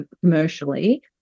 commercially